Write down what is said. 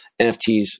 NFTs